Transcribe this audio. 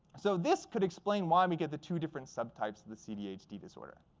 so this could explain why we get the two different subtypes of the cdhd disorder.